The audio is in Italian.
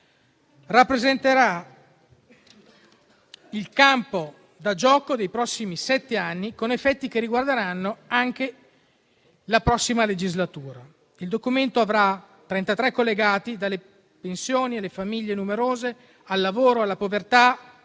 rappresenterà il campo da gioco dei prossimi sette anni, con effetti che riguarderanno anche la prossima legislatura. Il Documento avrà 33 collegati, dalle pensioni alle famiglie numerose, al lavoro, alla povertà,